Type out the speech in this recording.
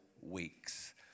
weeks